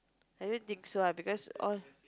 actually think so ah because all